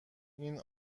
این